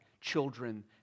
children